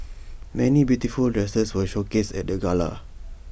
many beautiful dresses were showcased at the gala